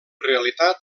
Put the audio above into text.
realitat